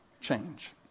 change